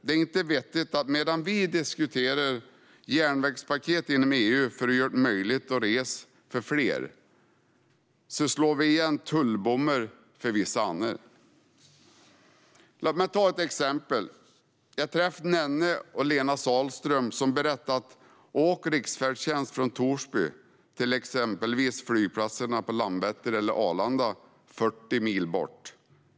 Det är inte vettigt att vi, medan vi diskuterar järnvägspaket inom EU för att göra det möjligt för fler att resa, fäller ned tullbommar för vissa andra. Låt mig ta ett exempel. Jag träffade Nenne och Lena Sahlström, som berättade att det är okej att åka riksfärdtjänst från Torsby till exempelvis flygplatserna Landvetter eller Arlanda, som ligger 40 mil bort.